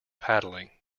paddling